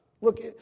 Look